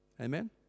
Amen